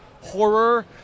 horror